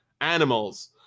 animals